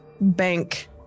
bank